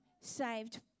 saved